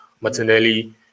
Martinelli